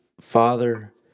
Father